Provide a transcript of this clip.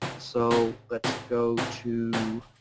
so let's go to